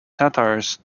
satires